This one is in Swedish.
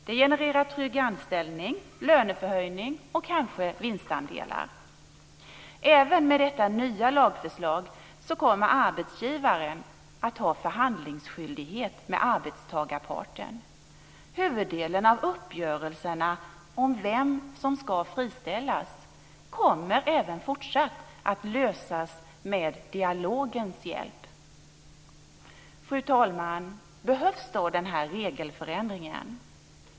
Det genererar trygg anställning, löneförhöjning och kanske vinstandelar. Även med detta nya lagförslag kommer arbetsgivaren att ha förhandlingsskyldighet med arbetstagarparten. Huvuddelen av uppgörelserna om vem som ska friställas kommer även fortsatt att lösas med dialogens hjälp. Fru talman! Behövs denna regelförändring?